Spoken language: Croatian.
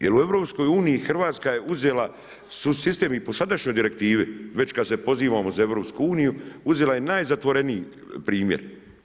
Jer u EU Hrvatska je uzela sistem i po sadašnjoj direktivi, već kad se pozivamo za EU, uzela je najzatvoreniji primjer.